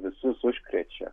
visus užkrečia